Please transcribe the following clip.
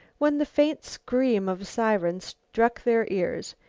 when the faint scream of a siren struck their ears.